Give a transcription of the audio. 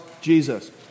Jesus